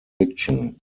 fiction